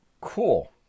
Cool